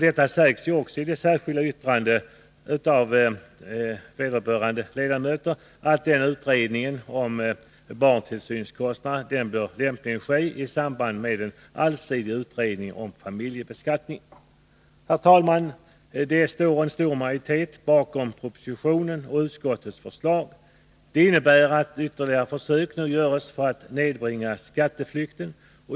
Det sägs också i det särskilda yttrandet av vederbörande ledamöter att en utredning om avdrag för barntillsynskostnader lämpligen bör ske i samband med en allsidig utredning om familjebeskattningen. Herr talman! Det står en stor majoritet bakom propositionen och utskottets förslag. Det innebär att ytterligare försök nu görs att nedbringa skatteflykten.